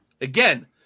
Again